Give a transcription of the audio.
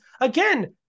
again